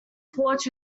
porch